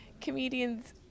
comedians